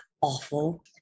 awful